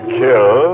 kill